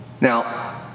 now